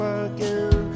again